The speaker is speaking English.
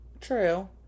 true